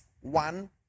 one